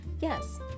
yes